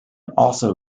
also